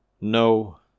No